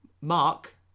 Mark